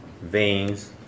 veins